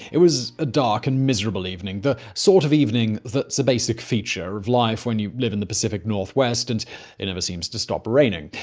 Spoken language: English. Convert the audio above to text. it was a dark and miserable evening, the sort of evening that's a basic feature of life when you live in the pacific northwest and it never seems to stop raining.